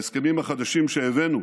ההסכמים החדשים שהבאנו